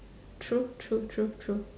true true true true